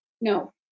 no